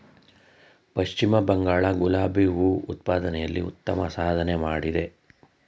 ಪಶ್ಚಿಮ ಬಂಗಾಳ ಗುಲಾಬಿ ಹೂ ಉತ್ಪಾದನೆಯಲ್ಲಿ ಉತ್ತಮ ಸಾಧನೆ ಮಾಡಿದೆ